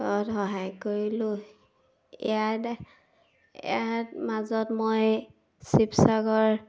ঘৰত সহায় কৰিলোঁ ইয়াত ইয়াত মাজত মই শিৱসাগৰ